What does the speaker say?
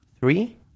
three